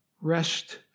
Rest